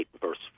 verse